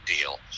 deal